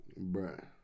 Bruh